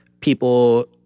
people